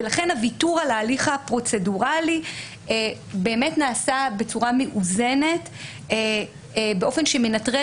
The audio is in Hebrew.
ולכן הוויתור על ההליך הפרוצדורלי באמת נעשה בצורה מאוזנת באופן שמנטרל